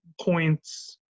points